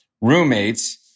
roommate's